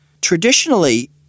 Traditionally